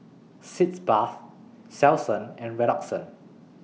Sitz Bath Selsun and Redoxon